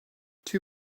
too